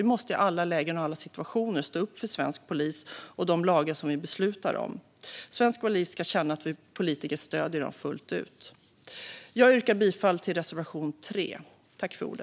Vi måste i alla lägen och alla situationer stå upp för svensk polis och för de lagar som vi beslutar om. Svensk polis ska känna att vi politiker stöder dem fullt ut. Jag yrkar bifall till reservation 3.